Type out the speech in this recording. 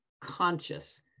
conscious